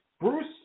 Bruce